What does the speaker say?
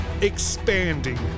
expanding